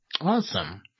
Awesome